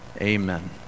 amen